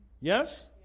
Yes